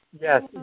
Yes